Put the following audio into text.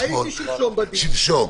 הייתי שלשום בדיון,